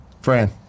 Fran